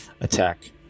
attack